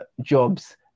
jobs